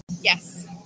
Yes